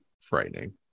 frightening